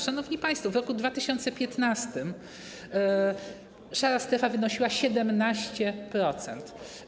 Szanowni państwo, w roku 2015 szara strefa wynosiła 17%.